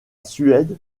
suède